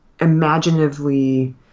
imaginatively